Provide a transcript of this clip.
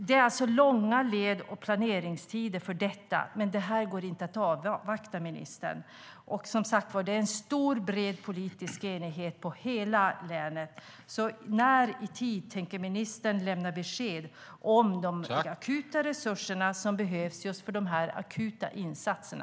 Det är långa led och planeringstider för detta, men det här går inte att avvakta, ministern. Det är en stor och bred politisk enighet i hela länet. När tänker ministern lämna besked om de akuta resurserna som behövs för de här akuta insatserna?